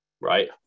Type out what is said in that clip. right